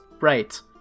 Right